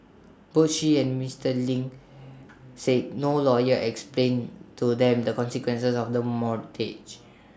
both she and Mister Ling said no lawyer explained to them the consequences of the mortgage